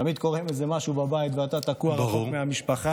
תמיד קורה איזה משהו בבית ואתה תקוע רחוק מהמשפחה.